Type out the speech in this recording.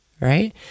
right